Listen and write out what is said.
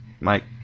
Mike